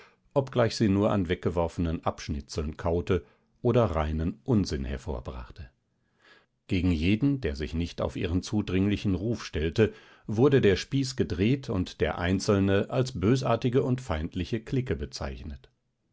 obgleich sie nur an weggeworfenen abschnitzeln kaute oder reinen unsinn hervorbrachte gegen jeden der sich nicht auf ihren zudringlichen ruf stellte wurde der spieß gedreht und der einzelne als bösartige und feindliche clique bezeichnet